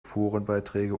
forenbeiträge